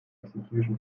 execution